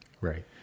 Right